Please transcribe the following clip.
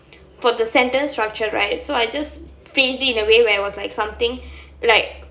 for the sentence structure right so I just finished it in a way where it was like something like